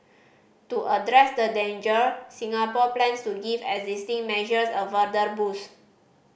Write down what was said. to address the danger Singapore plans to give existing measures a further boost